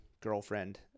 girlfriend